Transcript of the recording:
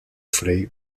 frei